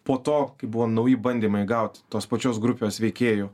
po to kai buvo nauji bandymai gaut tos pačios grupės veikėjų